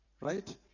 right